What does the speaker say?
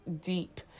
deep